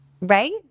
Right